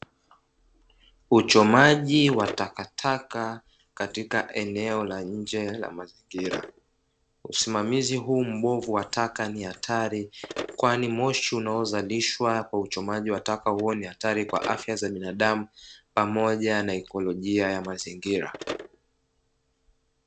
Uchomaji wa takataka katika eneo la nje la mazingira. Usimamizi huu mbovu wa taka ni hatari kwani moshi unaozalishwa kwa uchomaji wa taka huo ni hatiri kwa afya za binadamu pamoja na ikolojia ya mazingira.